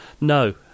No